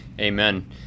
Amen